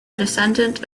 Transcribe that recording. descendant